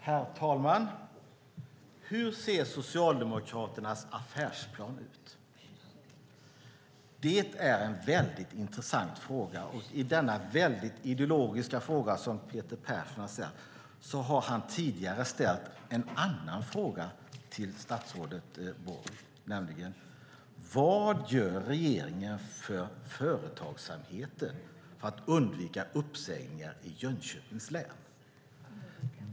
Herr talman! Hur ser Socialdemokraternas affärsplan ut? Det är en intressant fråga. Utöver denna ideologiska fråga som Peter Persson har ställt har han tidigare ställt en annan fråga till statsrådet Borg, nämligen: Vad gör regeringen för företagsamheten för att undvika uppsägningar i Jönköpings län?